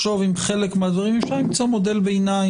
אפשר למצוא מודל ביניים,